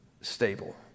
stable